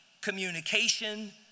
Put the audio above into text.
communication